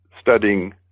studying